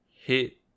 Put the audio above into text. hit